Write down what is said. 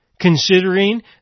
considering